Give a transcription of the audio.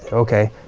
ok,